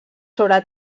sobre